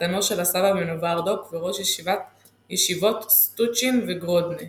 חתנו של הסבא מנובהרדוק וראש ישיבות סטוצ'ין וגרודנא.